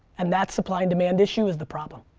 and that supply and demand issue is the problem.